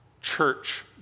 Church